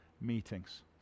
meetings